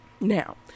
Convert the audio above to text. now